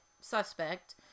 suspect